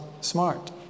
smart